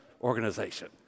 organization